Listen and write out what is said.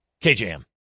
KJM